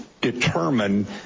determine